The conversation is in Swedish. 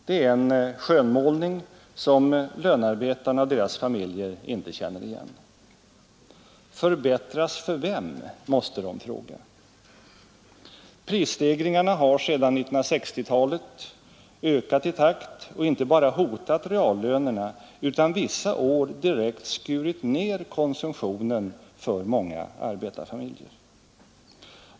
Det är en skönmålning som lönearbetarna och deras familjer inte känner igen. Förbättras för vem, måste de fråga. Prisstegringarna har sedan 1960-talet ökat i takt och inte bara hotat reallönerna utan vissa år direkt skurit ner konsumtionen för många arbetarfamiljer.